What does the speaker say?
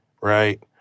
right